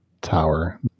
tower